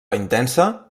intensa